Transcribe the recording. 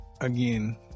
again